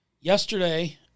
Yesterday